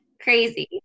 crazy